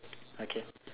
okay